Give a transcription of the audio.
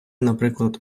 наприклад